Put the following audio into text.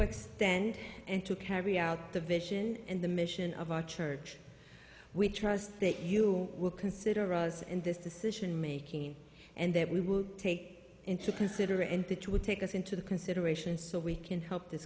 extend and to carry out the vision and the mission of our church we trust that you will consider us in this decision making and that we will take into consideration that you would take us into the consideration so we can help this